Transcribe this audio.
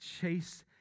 chase